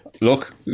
Look